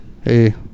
hey